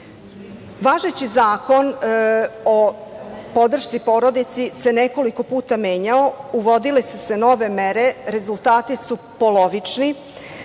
zakon o podršci porodici se nekoliko puta menjao, uvodile su se nove mere, rezultati su polovični,